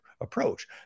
approach